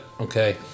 Okay